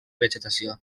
vegetació